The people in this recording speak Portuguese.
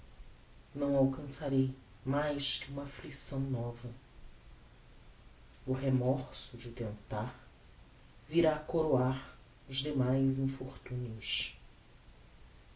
não alcançarei mais que uma afflição nova o remorso de o tentar virá coroar os demais infortunios